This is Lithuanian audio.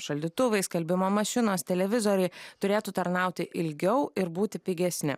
šaldytuvai skalbimo mašinos televizoriai turėtų tarnauti ilgiau ir būti pigesni